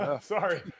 sorry